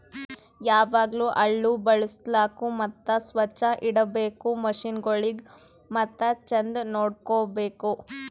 ಯಾವಾಗ್ಲೂ ಹಳ್ಳು ಬಳುಸ್ಬೇಕು ಮತ್ತ ಸೊಚ್ಚ್ ಇಡಬೇಕು ಮಷೀನಗೊಳಿಗ್ ಮತ್ತ ಚಂದ್ ನೋಡ್ಕೋ ಬೇಕು